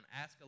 Ask